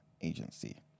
agency